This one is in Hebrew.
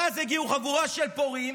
ואז הגיעה חבורה של פורעים